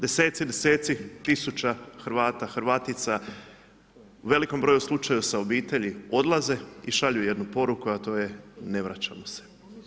Deseci, deseci tisuća Hrvata, Hrvatica, u velikom broju slučaja sa obitelji odlaze i šalju jednu poruku, a to je ne vraćamo se.